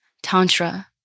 Tantra